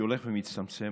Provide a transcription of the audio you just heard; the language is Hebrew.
שהולך ומצטמצם,